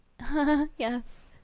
yes